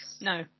No